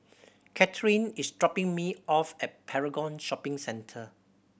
Kathryne is dropping me off at Paragon Shopping Centre